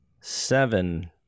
seven